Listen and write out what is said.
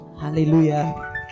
Hallelujah